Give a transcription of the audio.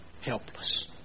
helpless